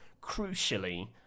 crucially